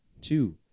two